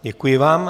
Děkuji vám.